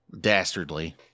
dastardly